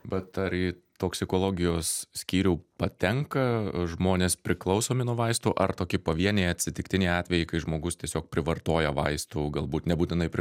bet ar į toksikologijos skyrių patenka žmonės priklausomi nuo vaistų ar tokie pavieniai atsitiktiniai atvejai kai žmogus tiesiog privartoja vaistų galbūt nebūtinai pri